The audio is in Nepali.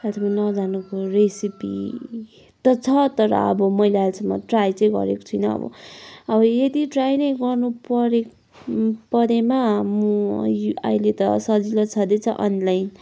आज म नजानुको रेसिपी त छ तर अब मैले अहिलेसम्म ट्राई चाहिँ गरेको छुइनँ अब अब यदि ट्राई नै गर्नु परे परेमा म अहिले त सजिलो छँदैछ अनलाइन